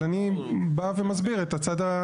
אבל אני בא ומסביר את הצד,